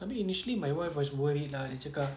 I mean initially my wife was worried lah dia cakap